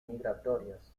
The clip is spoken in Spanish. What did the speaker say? migratorias